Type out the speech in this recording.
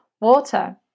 water